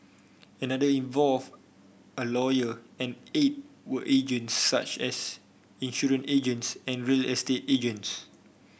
another involved a lawyer and eight were agents such as insurance agents and real estate agents